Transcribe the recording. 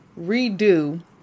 redo